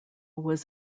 was